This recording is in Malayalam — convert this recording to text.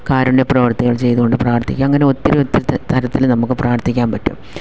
കാരുണ്യ പ്രവർത്തികൾ ചെയ്തുകൊണ്ട് പ്രാർത്ഥിക്കാം അങ്ങനെ ഒത്തിരി ഒത്തിരി തരത്തിൽ നമുക്ക് പ്രാർത്ഥിക്കാൻ പറ്റും